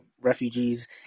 refugees